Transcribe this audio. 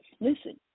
Listen